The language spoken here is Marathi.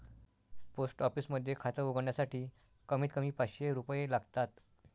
पोस्ट ऑफिस मध्ये खात उघडण्यासाठी कमीत कमी पाचशे रुपये लागतात